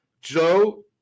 Joe